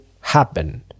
happen